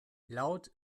laut